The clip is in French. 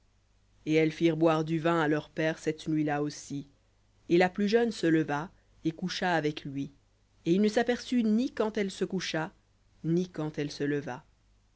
et elles firent boire du vin à leur père cette nuit-là aussi et la plus jeune se leva et coucha avec lui et il ne s'aperçut ni quand elle se coucha ni quand elle se leva